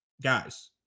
Guys